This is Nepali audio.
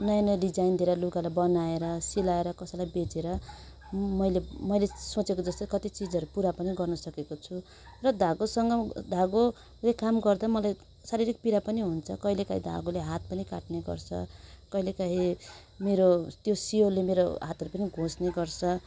नयाँ नयाँ डिजाइन दिएर लुगालाई बनाएर सिलाएर कसैलाई बेचेर मैले मैले सोचेको जस्तै कति चिजहरू पुरा पनि गर्नु सकेको छु र धागोसँग धागोले काम गर्दा मलाई शारीरिक पिडा पनि हुन्छ कहिले कहीँ धागोले हात पनि काट्ने गर्छ कहिले कहीँ मेरो त्यो सियोले मेरो हातहरू पनि घोच्ने गर्छ